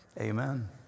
amen